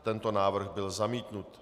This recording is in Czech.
Tento návrh byl zamítnut.